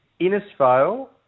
Innisfail